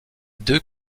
deux